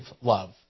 love